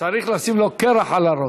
צריך לשים לו קרח על הראש.